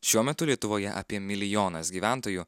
šiuo metu lietuvoje apie milijonas gyventojų